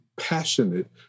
passionate